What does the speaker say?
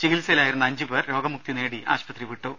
ചികിത്സയിൽ ആയിരുന്ന അഞ്ചു പേർ രോഗമുക്തി നേടി ആശുപത്രിവിട്ടു